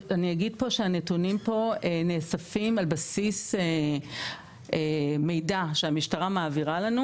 אני אגיד פה שהנתונים פה נאספים על בסיס מידע שהמשטרה מעבירה לנו.